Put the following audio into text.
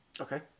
Okay